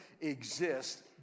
exist